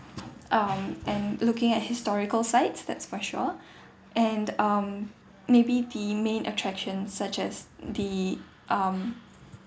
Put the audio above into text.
um and looking at historical sites that's for sure and um maybe the main attractions such as the um